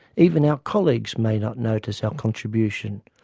even our colleagues may not notice our contribution,